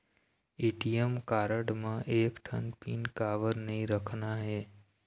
ATM card म एक ठन पिन काबर नई रखना हे?